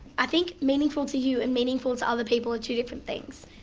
i think meaningful to you and meaningful to other people are two different things.